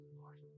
Lord